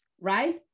right